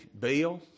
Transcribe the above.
bill